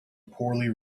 poorly